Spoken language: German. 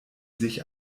sich